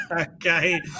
Okay